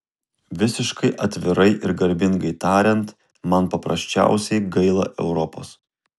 visiškai atvirai ir garbingai tariant man paprasčiausiai gaila europos